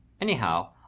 anyhow